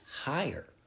higher